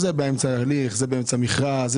זה באמצע הליך, זה באמצע מכרז.